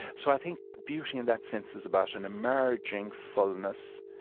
so i think beauty, in that sense, is about an emerging fullness,